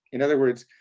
in other words,